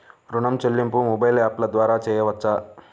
ఋణం చెల్లింపు మొబైల్ యాప్ల ద్వార చేయవచ్చా?